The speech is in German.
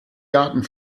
garten